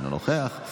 אינו נוכח,